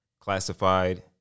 classified